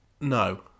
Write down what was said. No